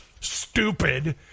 stupid